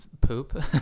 poop